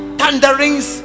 thunderings